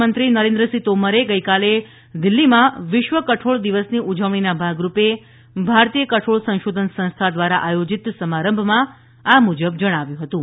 ક્રષિ મંત્રી નરેન્દ્રસિંહ તોમરે ગઈકાલે દિલ્હીમાં વિશ્વ કઠોળ દિવસની ઉજવણીના ભાગરૂપે ભારતીય કઠોળ સંશોધન સંસ્થા દ્વારા આયોજીત સમારંભમાં આ મુજબ જણાવ્યું હતું